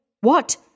What